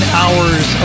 hours